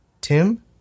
Tim